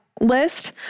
List